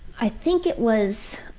i think it was,